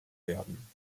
werden